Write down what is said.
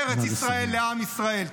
ארץ ישראל לעם ישראל.